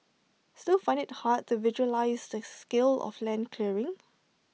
still find IT hard to visualise the scale of land clearing